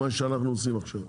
למה שאנחנו עושים עכשיו.